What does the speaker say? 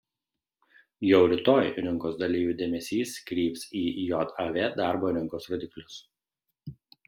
jau rytoj rinkos dalyvių dėmesys kryps į jav darbo rinkos rodiklius